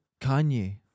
Kanye